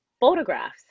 photographs